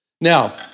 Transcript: Now